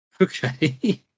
Okay